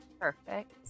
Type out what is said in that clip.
Perfect